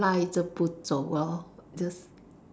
赖着不走：lai zhe bu zou lor just